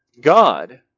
God